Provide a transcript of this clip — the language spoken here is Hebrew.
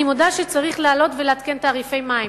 אני מודה שצריך להעלות ולעדכן תעריפי מים.